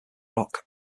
rock